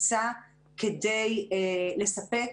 ביצע כדי לספק